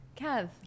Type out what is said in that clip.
Kev